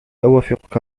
أوافقك